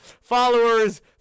followers